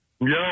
Yo